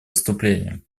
выступление